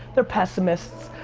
they're pessimists,